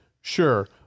sure